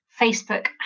Facebook